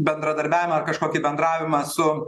bendradarbiavimą ar kažkokį bendravimą su